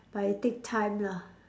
but it take time lah